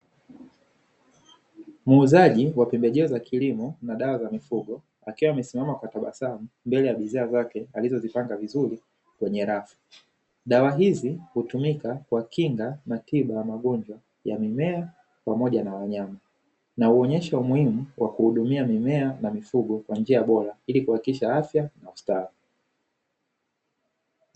uuzaji wa pembejeo za kilimo na dawa za mifugo akiwa amesimama kwa tabasamu, dawa hizi hutumika kwa kinga na tiba ya magonjwa ya mimea pamoja na wanyama na uonyesha umuhimu wa kuhudumia mimea na mifugo kwa njia bora ili kuhakikisha afya.